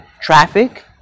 traffic